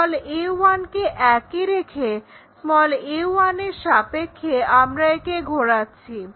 a1 কে একই রেখে a1এর সাপেক্ষে আমরা একে ঘোরাচ্ছি